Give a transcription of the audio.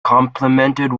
complimented